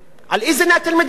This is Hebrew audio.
על איזה נטל מדברים?